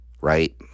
right